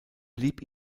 blieb